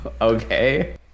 Okay